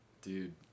dude